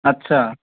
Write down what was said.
আচ্ছা